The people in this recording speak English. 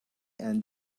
and